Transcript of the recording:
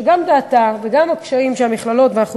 שגם דעתה וגם הקשיים של המכללות ואנחנו